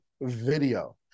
video